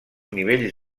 nivells